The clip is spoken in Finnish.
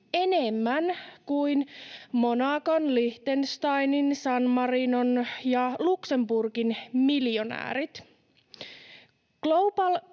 enemmän kuin Monacon, Liechtensteinin, San Marinon ja Luxemburgin miljonäärit. Global